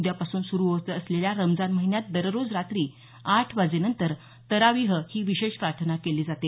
उद्यापासून सुरू होत असलेल्या रमजान महिन्यात दररोज रात्री आठ वाजेनंतर तरावीह ही विशेष प्रार्थना केली जाते